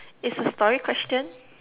it's a story question